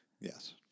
Yes